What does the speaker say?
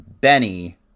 benny